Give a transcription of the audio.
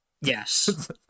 yes